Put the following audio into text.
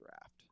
draft